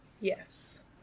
yes